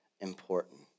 important